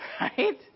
Right